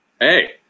Hey